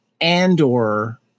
Andor